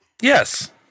Yes